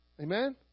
amen